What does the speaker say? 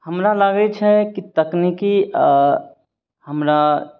हमरा लागय छै कि तकनिकी हमरा